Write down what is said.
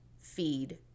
feed